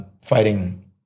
fighting